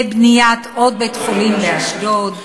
לבניית עוד בית-חולים באשדוד,